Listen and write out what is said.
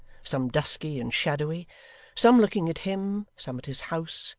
some dusky and shadowy some looking at him, some at his house,